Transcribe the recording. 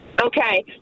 Okay